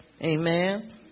Amen